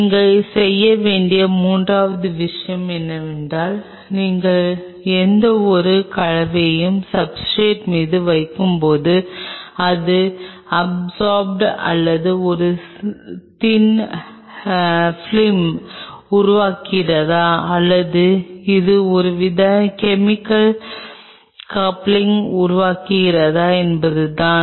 நீங்கள் செய்ய வேண்டிய மூன்றாவது விஷயம் என்னவென்றால் நீங்கள் எந்தவொரு கலவையையும் சப்ஸ்ர்டேட் மீது வைக்கும்போது அது அப்சார்ப்டு அல்லது அது ஒரு தின் பிலிம் உருவாக்குகிறதா அல்லது அது ஒருவித கெமிக்கல் கப்ளிங் உருவாக்குகிறதா என்பதுதான்